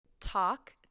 Talk